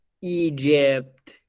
Egypt